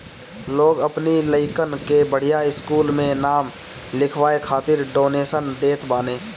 लोग अपनी लइकन के बढ़िया स्कूल में नाम लिखवाए खातिर डोनेशन देत बाने